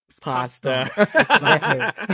Pasta